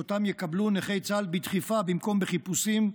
שאותן יקבלו נכי צה"ל בדחיפה במקום בחיפושים,